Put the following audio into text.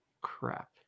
Crap